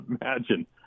Imagine